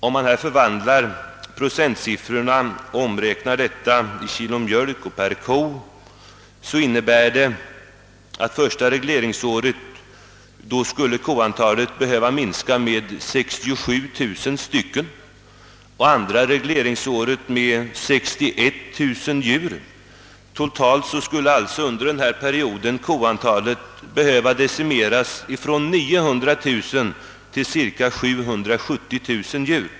Om man omräknar procentsiffrorna till kilogram mjölk per ko, visar det att koantalet det första regleringsåret skulle behöva minska med 67 000 djur och det andra året med ytterligare 61 000. Totalt skulle alltså under denna period koantalet decimeras från 900000 djur till cirka 770 000.